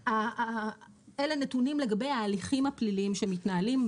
אלה נתונים לגבי ההליכים הפליליים שמתנהלים.